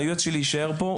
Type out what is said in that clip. היועץ שלי יישאר פה,